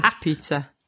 pizza